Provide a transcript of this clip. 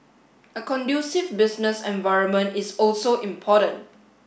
a conducive business environment is also important